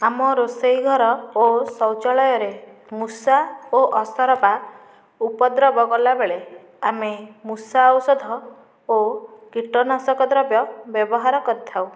ଆମ ରୋଷେଇ ଘର ଓ ସୌଚାଳୟରେ ମୂଷା ଓ ଅସରପା ଉପଦ୍ରବ କଲାବେଳେ ଆମେ ମୂଷା ଔଷଧ ଓ କୀଟନାଶକ ଦ୍ରବ୍ୟ ବ୍ୟବହାର କରିଥାଉ